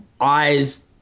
eyes